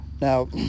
now